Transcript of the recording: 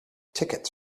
tickets